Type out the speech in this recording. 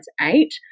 eight